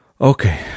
Okay